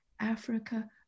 Africa